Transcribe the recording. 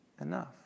enough